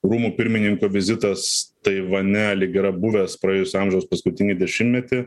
rūmų pirmininko vizitas taivane yra buvęs praėjusio amžiaus paskutinį dešimtmetį